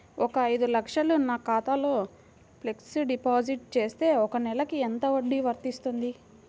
ఒక ఐదు లక్షలు నా ఖాతాలో ఫ్లెక్సీ డిపాజిట్ చేస్తే ఒక నెలకి ఎంత వడ్డీ వర్తిస్తుంది?